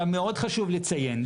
מאוד חשוב לציין,